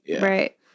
right